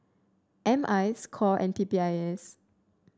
M I Score and P P I S